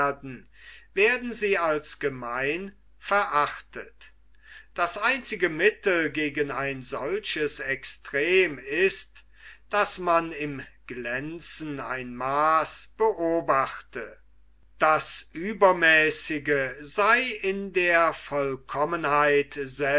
werden sie als gemein verachtet das einzige mittel gegen ein solches extrem ist daß man im glänzen ein maaß beobachte das uebermäßige sei in der vollkommenheit